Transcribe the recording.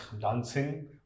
dancing